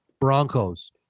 Broncos